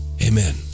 amen